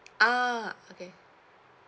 ah okay